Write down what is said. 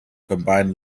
combine